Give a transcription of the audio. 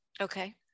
okay